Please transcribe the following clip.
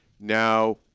now